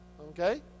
okay